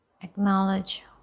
Acknowledge